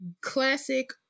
classic